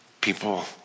people